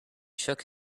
shook